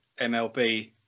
MLB